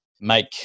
make